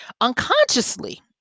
unconsciously